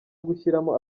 gushyiramo